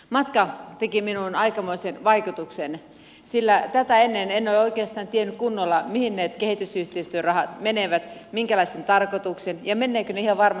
matka teki minuun aikamoisen vaikutuksen sillä tätä ennen en ole oikeastaan tiennyt kunnolla mihin ne kehitysyhteistyörahat menevät minkälaiseen tarkoitukseen ja menevätkö ne ihan varmasti perille